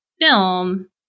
film